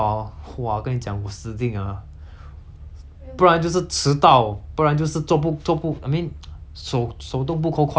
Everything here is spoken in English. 不然就是迟到不然就是做不做不 I mean 手手都不够快因为他们的都是 booking mah 所以